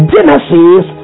Genesis